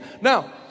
Now